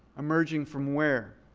emerging from where?